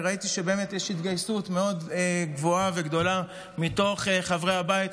אני ראיתי שבאמת יש התגייסות מאוד גבוהה וגדולה מתוך חברי הבית,